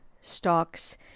stocks